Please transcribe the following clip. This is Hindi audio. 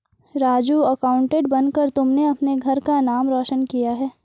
राजू अकाउंटेंट बनकर तुमने अपने घर का नाम रोशन किया है